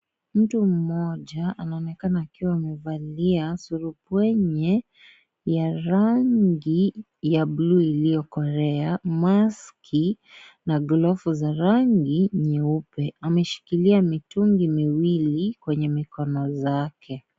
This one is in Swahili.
Mtu mmoja anaonekana akiwa amevalià surupwenye ya rangi ya bulu iliyokolea, maski na glovu za rangi nyeupe, ameshikilia mitungi miwili kwenye mikono zake.